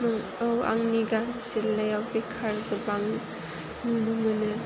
औ आंनि जिल्लायाव बेखार गोबां नुनो मोनो